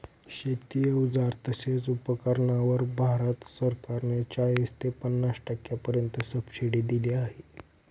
शेती अवजार तसेच उपकरणांवर भारत सरकार ने चाळीस ते पन्नास टक्क्यांपर्यंत सबसिडी दिली आहे